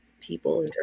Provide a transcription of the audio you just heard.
people